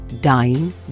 dying